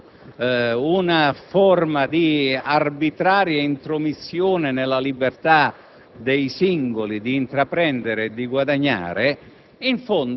È evidente che tutte le posizioni che mirano in maniera esplicita